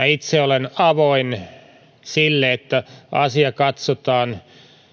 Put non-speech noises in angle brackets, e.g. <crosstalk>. <unintelligible> itse olen avoin sille että asia katsotaan